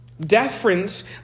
Deference